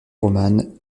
romanes